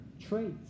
traits